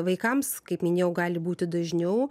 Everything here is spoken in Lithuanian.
vaikams kaip minėjau gali būti dažniau